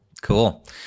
Cool